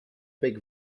big